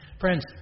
Friends